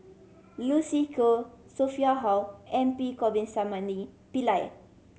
Lucy Koh Sophia Hull and P Govindasamy Pillai